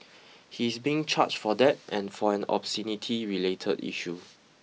he is being charged for that and for an obscenity related issue